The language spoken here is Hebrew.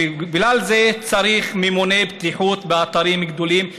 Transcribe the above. בגלל זה צריך ממוני בטיחות באתרים גדולים,